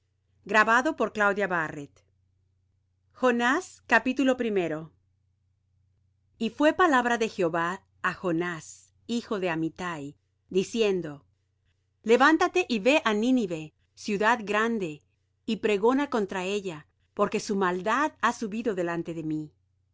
y fué palabra de jehová á jonás hijo de amittai diciendo levántate y ve á nínive ciudad grande y pregona contra ella porque su maldad ha subido delante de mí